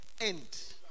end